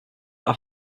have